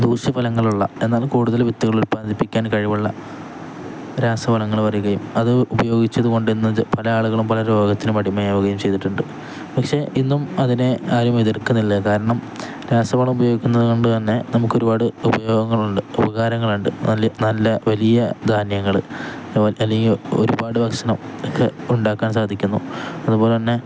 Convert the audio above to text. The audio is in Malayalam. ദൂഷ്യ ഫലങ്ങളുള്ള എന്നാൽ കൂടുതൽ വിത്തുകൾ ഉൽപാദിപ്പിക്കാൻ കഴിവുള്ള രാസഫലങ്ങള് വരുകയും അത് ഉപയോഗിച്ചതുകൊണ്ടുതന്നെ പല ആളുകളും പല രോഗത്തിനും അടിമയാവുകയും ചെയ്തിട്ടുണ്ട് പക്ഷെ ഇന്നും അതിനെ ആരും എതിർക്കുന്നില്ല കാരണം രാസവളം ഉപയോഗിക്കുന്നതുകൊണ്ടുതന്നെ നമുക്കൊരുപാട് ഉപയോഗങ്ങളുണ്ട് ഉപകാരങ്ങളുണ്ട് നല്ല വലിയ ധാന്യങ്ങള് അല്ലെങ്കില് ഒരുപാടു ഭക്ഷണം ഒക്കെ ഉണ്ടാക്കാൻ സാധിക്കുന്നു അതുപോലന്നെ